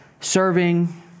serving